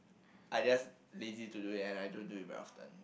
I just lazy to do it and I don't do it very often